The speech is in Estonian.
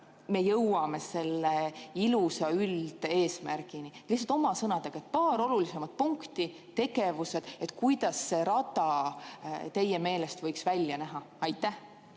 me jõuame selle ilusa üldeesmärgini? Lihtsalt oma sõnadega, palun paar olulisemat punkti, tegevust, kuidas see rada teie meelest võiks välja näha. Aitäh!